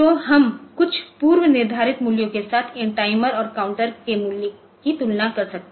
तो हम कुछ पूर्व निर्धारित मूल्यों के साथ इन टाइमर और काउंटरों के मूल्य की तुलना कर सकते हैं